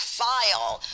file